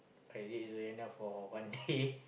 I date Zayana for one day